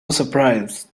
surprise